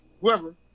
whoever